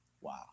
Wow